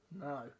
No